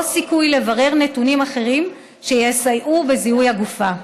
או סיכוי לברר נתונים אחרים שיסייעו בזיהוי הגופה,